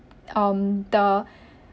um the